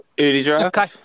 Okay